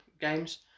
games